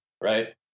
right